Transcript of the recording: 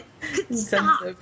Stop